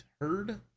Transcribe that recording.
heard